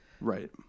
Right